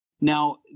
Now